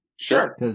Sure